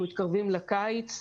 אנחנו מתקרבים לקיץ.